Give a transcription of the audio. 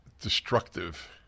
destructive